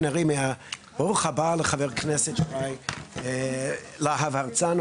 ברוך הבא לחבר הכנסת יוראי להב הרצנו.